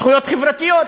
זכויות חברתיות,